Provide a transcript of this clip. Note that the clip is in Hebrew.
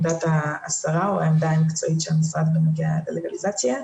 או העמדה המקצועית בנוגע ללגליזציה.